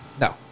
No